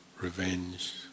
revenge